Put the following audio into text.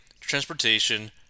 transportation